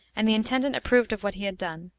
and the intendant approved of what he had done,